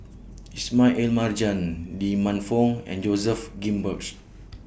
Ismail Marjan Lee Man Fong and Joseph Grimberg